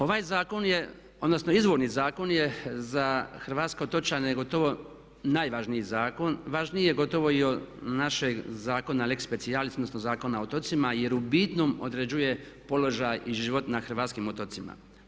Ovaj zakon je, odnosno izvorni zakon je, za hrvatske otočane gotovo najvažniji zakon, važniji je gotovo i od našeg zakona lex specialis odnosno Zakona o otocima jer u bitnom određuje položaj i život na hrvatskim otocima.